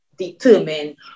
determine